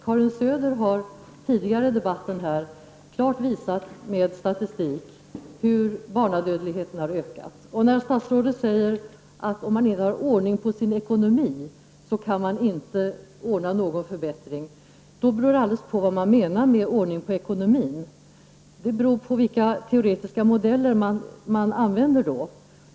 Karin Söder har tidigare i debatten klart visat med statistik hur barnadödligheten har ökat. Statsrådet säger att om man inte har ordning på sin ekonomi, kan man inte åstadkomma någon förbättring. Då beror det alldeles på vad man menar med ordning på ekonomin. Det beror på vilka teoretiska modeller man använder.